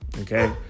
Okay